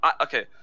Okay